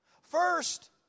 First